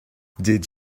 did